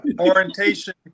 orientation